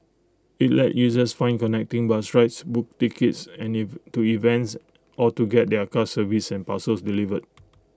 IT lets users find connecting bus rides book tickets and to events or get their cars serviced and parcels delivered